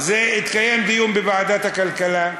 התקיים דיון בוועדת הכלכלה,